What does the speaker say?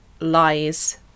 lies